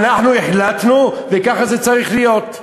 אנחנו החלטנו וכך זה צריך להיות.